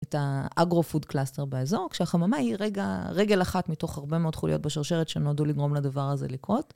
את האגרופוד קלאסטר באזור, כשהחממה היא רגל אחת מתוך הרבה מאוד חוליות בשרשרת שנועדו לגרום לדבר הזה לקרות.